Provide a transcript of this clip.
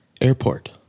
Airport